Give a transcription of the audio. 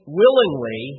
willingly